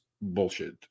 bullshit